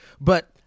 But-